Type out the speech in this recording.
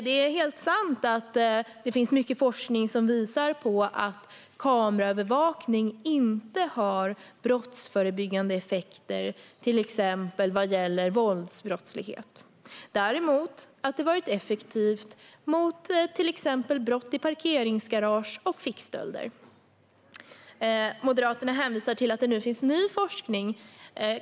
Det är helt sant att det finns mycket forskning som visar på att kameraövervakning inte har brottsförebyggande effekter vad gäller till exempel våldsbrottslighet. Det har däremot varit effektivt mot till exempel brott i parkeringsgarage och fickstölder. Moderaterna hänvisar till att det finns ny forskning.